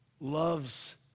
loves